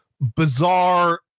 bizarre